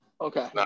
okay